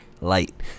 light